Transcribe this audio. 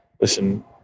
listen